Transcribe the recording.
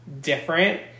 different